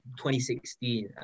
2016